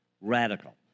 radical